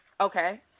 Okay